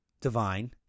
divine